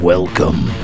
Welcome